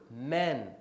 men